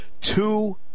two